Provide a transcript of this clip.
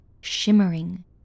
shimmering